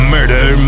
Murder